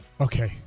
Okay